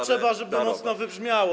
trzeba, żeby to mocno wybrzmiało.